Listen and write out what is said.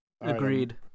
Agreed